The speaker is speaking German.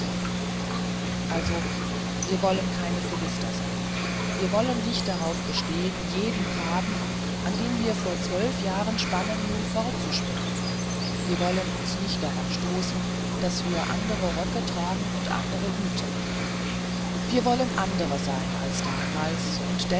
also wir wollen keine philister sein wir wollen nicht darauf bestehen jenen faden an dem wir vor zwölf jahren spannen nun fortzuspinnen wir wollen uns nicht daran stoßen daß wir andere röcke tragen und andere hüte wir wollen andere sein als damals und